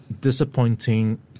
disappointing